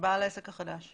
בעל העסק החדש.